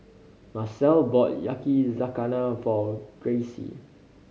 Marcelle bought Yakizakana for Gracie